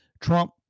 Trump